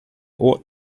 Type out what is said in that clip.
ought